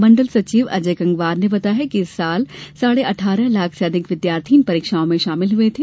मण्डल सचिव अजय गंगवार ने बताया कि इस वर्ष साढ़े अठारह लाख से अधिक विद्यार्थी इन परीक्षाओं में शामिल हुए थे